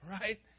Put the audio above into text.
right